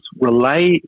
relay